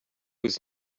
was